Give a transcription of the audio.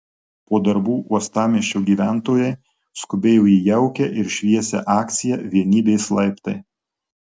po darbų uostamiesčio gyventojai skubėjo į jaukią ir šviesią akciją vienybės laiptai